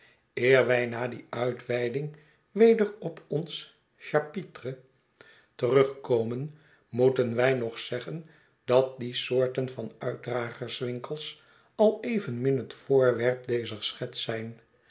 wij na die uitweiding weder op ons chapitre terugkomen moeten wij nog zeggen dat die soorten van uitdragerswinkels al evenmin het voorwerp dezer schets zijn